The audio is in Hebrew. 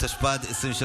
התשפ"ד 2023,